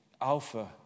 Alpha